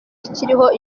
ikiriho